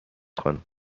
خانم